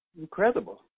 Incredible